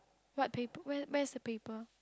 what paper where where's the paper